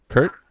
Kurt